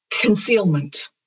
concealment